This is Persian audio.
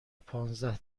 پانزده